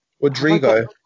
Rodrigo